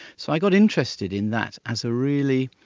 so i got interested in that as a really,